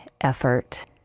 effort